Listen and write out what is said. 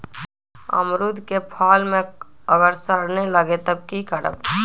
अमरुद क फल म अगर सरने लगे तब की करब?